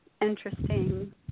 interesting